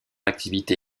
activité